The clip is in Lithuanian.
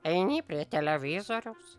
eini prie televizoriaus